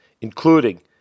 including